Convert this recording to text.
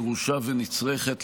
דרושה ונצרכת,